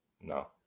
No